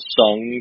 song